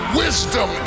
wisdom